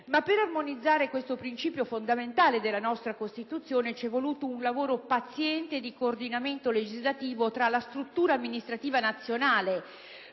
Ma per armonizzare questo principio fondamentale della nostra Costituzione c'è voluto un paziente lavoro di coordinamento legislativo tra la struttura amministrativa nazionale